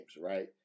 Right